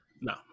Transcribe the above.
No